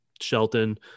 Shelton